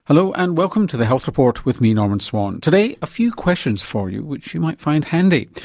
hello and welcome to the health report with me, norman swan. today a few questions for you which you might find handy.